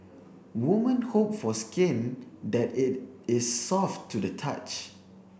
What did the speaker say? women hope for skin that it is soft to the touch